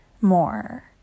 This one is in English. more